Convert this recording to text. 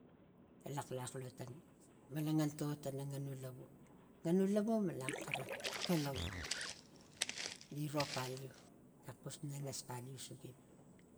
Elaxlax xula tang malangan to tana nganu lavu nganu lavu malan xan kalau giro paliu nak xus nangas paliu sunim.